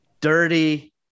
dirty